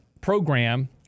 program